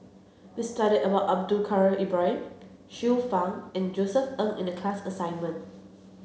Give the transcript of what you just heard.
we studied about Abdul Kadir Ibrahim Xiu Fang and Josef Ng in the class assignment